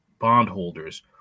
Bondholders